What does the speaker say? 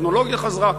הטכנולוגיה חזרה,